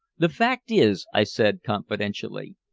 the fact is, i said confidentially,